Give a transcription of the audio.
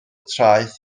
traeth